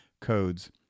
codes